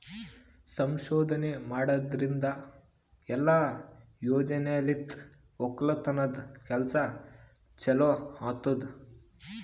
ಸಂಶೋಧನೆ ಮಾಡದ್ರಿಂದ ಇಲ್ಲಾ ಯೋಜನೆಲಿಂತ್ ಒಕ್ಕಲತನದ್ ಕೆಲಸ ಚಲೋ ಆತ್ತುದ್